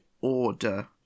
Order